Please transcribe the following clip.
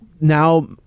now